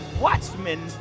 watchmen